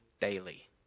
daily